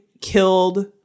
killed